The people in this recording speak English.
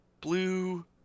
Blue